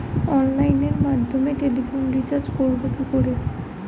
অনলাইনের মাধ্যমে টেলিফোনে রিচার্জ করব কি করে?